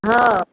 हँ